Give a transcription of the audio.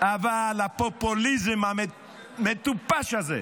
אבל הפופוליזם המטופש הזה,